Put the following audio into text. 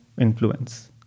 influence